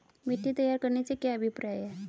मिट्टी तैयार करने से क्या अभिप्राय है?